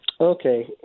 Okay